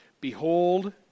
Behold